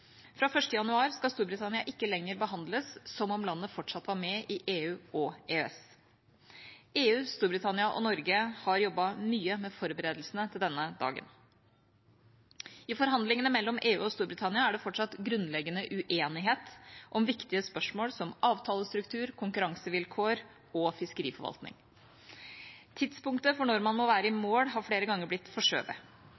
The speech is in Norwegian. Fra 1. januar skal Storbritannia ikke lenger behandles som om landet fortsatt var med i EU og EØS. EU, Storbritannia og Norge har jobbet mye med forberedelsene til denne dagen. I forhandlingene mellom EU og Storbritannia er det fortsatt grunnleggende uenighet om viktige spørsmål som avtalestruktur, konkurransevilkår og fiskeriforvaltning. Tidspunktet for når man må være i